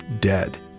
dead